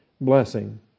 blessing